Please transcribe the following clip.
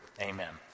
amen